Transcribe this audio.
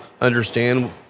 understand